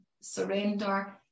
surrender